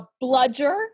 bludger